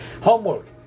homework